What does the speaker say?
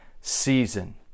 season